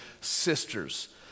sisters